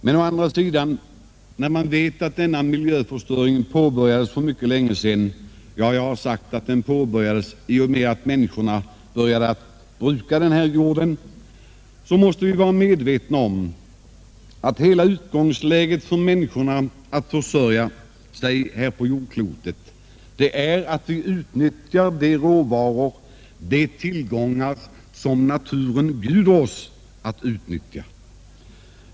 Men när vi å andra sidan vet att denna miljöförstöring påbörjades för mycket länge sedan — jag har sagt att den började i och med att människorna började bruka denna jord — bör vi vara medvetna om att utgångsläget för oss människor när det gäller att försörja oss här på jordklotet är att vi måste utnyttja de råvaror, de tillgångar som naturen bjuder oss att utnyttja.